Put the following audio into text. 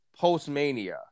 Postmania